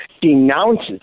denounces